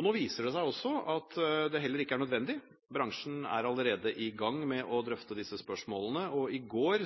Nå viser det seg også at det heller ikke er nødvendig. Bransjen er allerede i gang med å drøfte disse spørsmålene, og i går